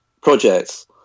projects